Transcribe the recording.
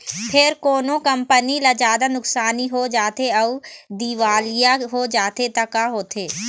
फेर कोनो कंपनी ल जादा नुकसानी हो जाथे अउ दिवालिया हो जाथे त का होथे?